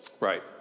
Right